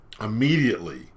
immediately